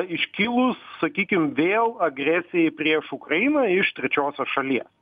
iškilus sakykim vėl agresijai prieš ukrainą iš trečiosios šalies